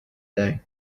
day